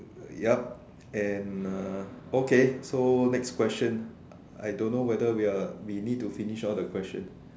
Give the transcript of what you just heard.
uh yup and uh okay so next question I don't know whether we are we need to finish all the question